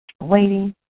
Waiting